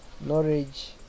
Knowledge